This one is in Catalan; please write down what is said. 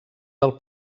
del